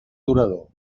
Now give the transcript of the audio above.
durador